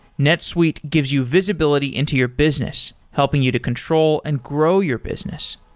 netsuite gives you visibility into your business, helping you to control and grow your business.